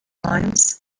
limes